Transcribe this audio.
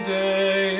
day